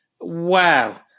Wow